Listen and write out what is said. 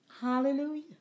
Hallelujah